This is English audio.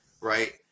right